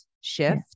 shift